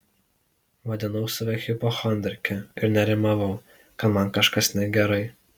vadinau save hipochondrike ir nerimavau kad man kažkas negerai